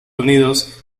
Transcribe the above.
unidos